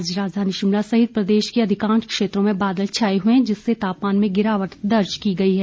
आज राजधानी शिमला सहित प्रदेश के अधिकांश क्षेत्रों में बादल छाए हुए हैं जिससे तापमान में गिरावट दर्ज की गई है